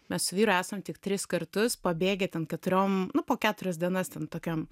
mes su vyru esam tik tris kartus pabėgę ten keturiom nu po keturias dienas tam tokiam